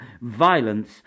violence